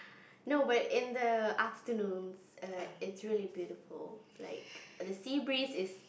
no but in the afternoons err it's really beautiful like the sea breeze is